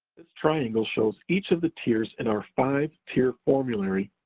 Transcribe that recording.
this triangle shows each of the tiers in our five tier formulary,